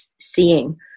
seeing